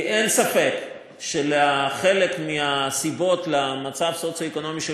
כי אין ספק שחלק מהסיבות למצב הסוציו-אקונומי של